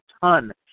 ton